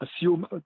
Assume